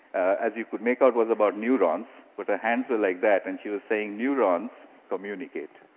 as you could make out, was about neurons, with her hands were like that, and she was saying neurons communicate.